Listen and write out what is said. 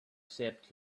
except